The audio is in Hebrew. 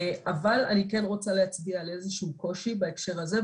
אבל אני כן רוצה להצביע על איזשהו קושי בהקשר הזה,